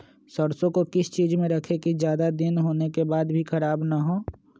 सरसो को किस चीज में रखे की ज्यादा दिन होने के बाद भी ख़राब ना हो?